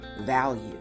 value